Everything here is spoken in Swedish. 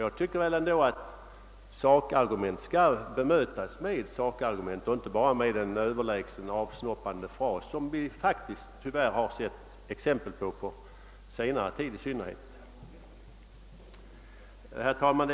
Jag tyc ker ändå att sakargument skall bemötas med sakargument och inte bara med en överlägsen avsnoppande fras, vilket vi faktiskt tyvärr har sett exempel på, i synnerhet under senare tid. Herr talman!